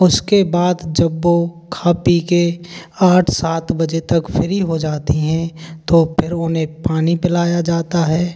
उसके बाद जब वो खा पी कर आठ सात बजे तक फ्री हो जाती हें तो फिर उन्हें पानी पिलाया जाता है